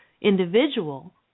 individual